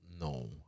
No